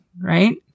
right